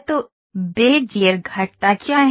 तो बेजियर घटता क्या है